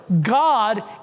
God